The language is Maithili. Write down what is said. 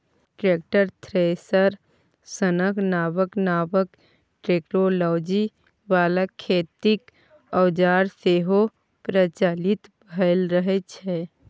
टेक्टर, थ्रेसर सनक नबका नबका टेक्नोलॉजी बला खेतीक औजार सेहो प्रचलित भए रहल छै